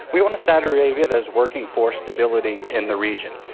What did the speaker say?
we want a saudi arabia that is working for stability in the region.